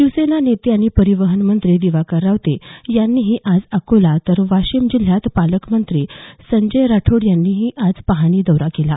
शिवसेना नेते आणि परिवहन मंत्री दिवाकर रावते यांनीही आज अकोला तर वाशिम जिल्ह्यात पालकमंत्री संजय राठोड यांनी आज पाहणी दौरा केला